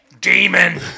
demon